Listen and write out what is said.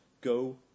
go